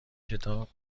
کتاب